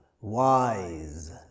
wise